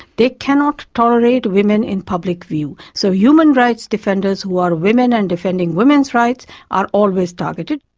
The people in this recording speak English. they cannot tolerate women in public view. so human rights defenders who are women and defending women's rights are always targeted.